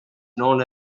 known